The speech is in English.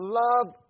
love